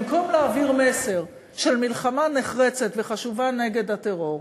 במקום להעביר מסר של מלחמה נחרצת וחשובה נגד הטרור,